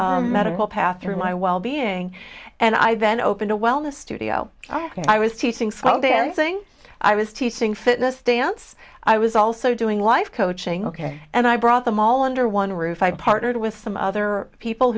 medical path through my well being and i then opened a wellness studio and i was teaching slow dancing i was teaching fitness dance i was also doing life coaching ok and i brought them all under one roof i partnered with some other people